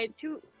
two